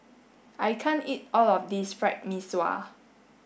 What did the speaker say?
I can't eat all of this fried Mee Sua